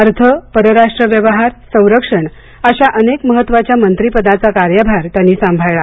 अर्थ परराष्ट्र व्यवहार संरक्षण अशा अनेक महत्त्वाच्या मंत्रीपदाचा कार्यभार त्यांनी सांभाळला